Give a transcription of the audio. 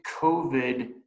COVID